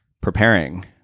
preparing